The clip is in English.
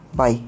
bye